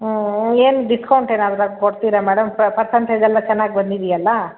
ಹ್ಞೂ ಏನು ಡಿಸ್ಕೌಂಟ್ ಏನಾದರೂ ಕೊಡ್ತೀರಾ ಮೇಡಮ್ ಪರ್ಸೆಂಟೇಜ್ ಎಲ್ಲ ಚೆನ್ನಾಗಿ ಬಂದಿದೆಯಲ್ಲ